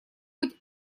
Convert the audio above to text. быть